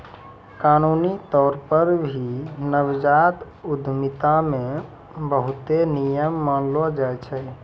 कानूनी तौर पर भी नवजात उद्यमिता मे बहुते नियम मानलो जाय छै